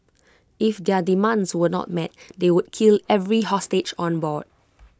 if their demands were not met they would kill every hostage on board